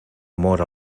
amor